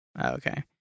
Okay